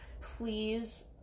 please